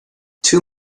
two